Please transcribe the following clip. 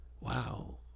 wow